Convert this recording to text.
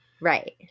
Right